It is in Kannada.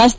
ರಸ್ತೆ